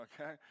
okay